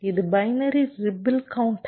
இது பைனரி ரிப்பில் கவுண்டர்